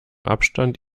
abstand